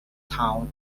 town